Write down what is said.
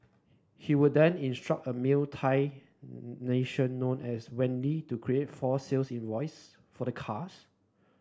he would then instruct a male Thai national as Wendy to create false sales invoices for the cars